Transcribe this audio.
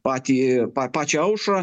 patį pačią aušrą